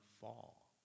fall